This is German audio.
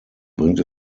bringt